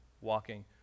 walking